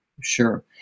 Sure